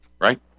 Right